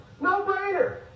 No-brainer